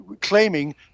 claiming